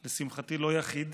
לשמחתי, לא יחיד,